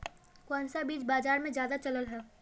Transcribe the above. कोन सा बीज बाजार में ज्यादा चलल है?